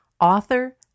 author